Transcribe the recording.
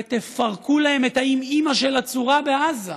ותפרקו להם את האימ-אימא של הצורה בעזה.